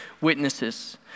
witnesses